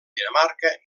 dinamarca